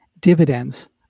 dividends